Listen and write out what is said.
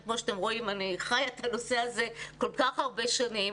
כי כמו שאתם רואים אני חיה את הנושא הזה כל כך הרבה שנים,